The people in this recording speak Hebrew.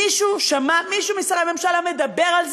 מישהו משרי הממשלה מדבר על זה?